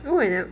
no I never